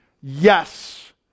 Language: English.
Yes